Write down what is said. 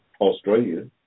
Australia